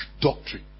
doctrine